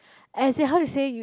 as in how you say you